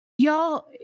Y'all